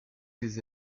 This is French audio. ses